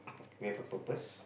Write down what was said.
we have a purpose